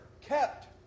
kept